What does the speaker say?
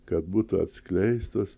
kad būtų atskleistos